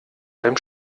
beim